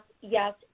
yes